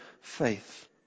faith